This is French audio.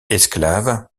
esclaves